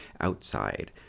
outside